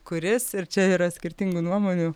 kuris ir čia yra skirtingų nuomonių